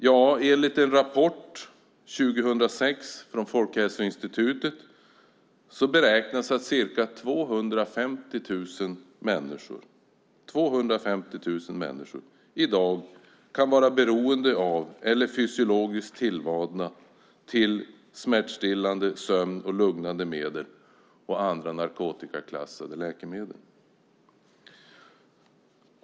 Ja, i en rapport 2006 från Folkhälsoinstitutet beräknades det att ca 250 000 människor kan vara beroende av eller fysiologiskt tillvanda till smärtstillande medel, sömnmedel, lugnande medel och andra narkotikaklassade läkemedel.